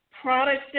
product